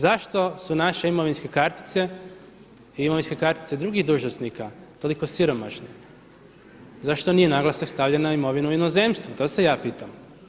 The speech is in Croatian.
Zašto su naše imovinske kartice i imovinske kartice drugih dužnosnika toliko siromašne, zašto nije naglasak stavljen na imovinu u inozemstvu, to se ja pitam.